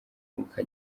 mwuka